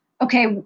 okay